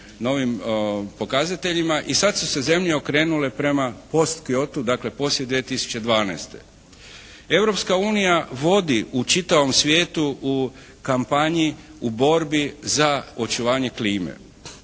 novim pokazateljima. I sad su se zemlje okrenule prema «post Kyotu», dakle poslije 2012. Europska unija vodi u čitavom svijetu u kampanji u borbi za očuvanje klime.